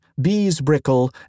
Beesbrickle